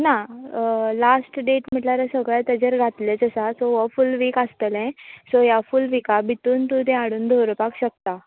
ना last date म्हणळ्यार सगळें तेचेर घातलेंच आसा सो हो फूल वीक आसतलें सो ह्या फूल विका भितर तूं तें हाडून दवरपाक शकता